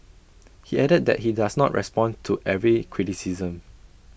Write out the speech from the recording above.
he added that he does not respond to every criticism